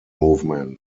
movement